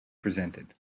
presented